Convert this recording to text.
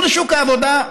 היכנסו לשוק העבודה,